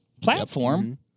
platform